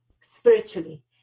spiritually